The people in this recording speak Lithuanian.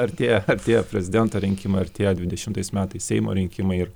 artėja artėja prezidento rinkimai artėja dvidešimtais metais seimo rinkimai ir